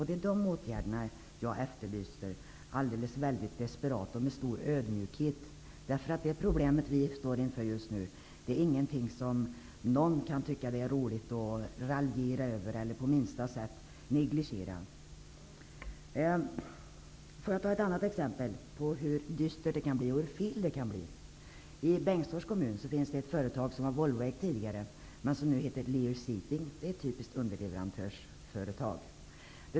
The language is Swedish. Det är de åtgärderna jag efterlyser -- desperat och med stor ödmjukhet. Det problem som vi just nu står inför kan inte någon tycka att det är roligt att raljera med eller på minsta sätt negligera. Låt mig ta ett annat exempel på hur fel det kan bli. I Bengtsfors kommun finns det ett företag som tidigare var Volvoägt och som är ett typiskt underleverantörsföretag.